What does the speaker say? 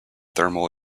thermal